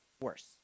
worse